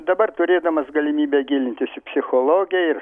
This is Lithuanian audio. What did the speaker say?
dabar turėdamas galimybę gilintis į psichologiją ir